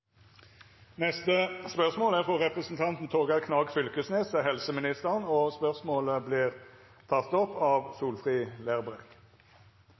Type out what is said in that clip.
spørsmål 9. Dette spørsmålet, frå representanten Torgeir Knag Fylkesnes til helseministeren, vil verta teke opp av representanten Solfrid Lerbrekk.